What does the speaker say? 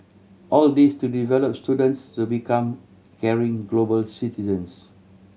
all this to develop students to become caring global citizens